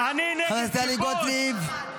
חברת הכנסת גוטליב.